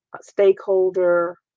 stakeholder